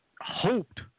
hoped